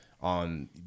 on